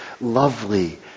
lovely